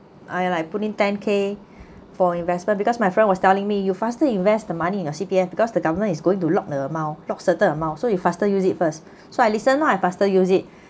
I like put ten K for investment because my friend was telling me you faster invest the money in your C_P_F because the government is going to lock the amount lock certain amount so you faster use it first so I listen lah I faster use it